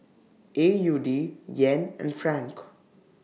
A U D Yen and Franc